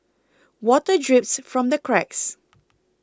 water drips from the cracks